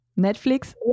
Netflix